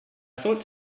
thought